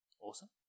Awesome